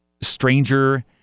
stranger